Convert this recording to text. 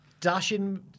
dashing